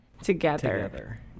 Together